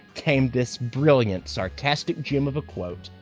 came this brilliant, sarcastic jem of a quote,